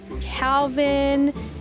Calvin